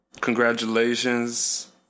Congratulations